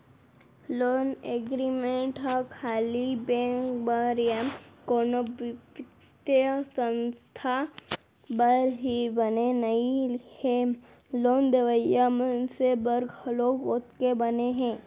loan agreement ह खाली bank बर या कोनो बित्तीय संस्था बर ही बने नइ हे लोन लेवइया मनसे बर घलोक ओतके बने हे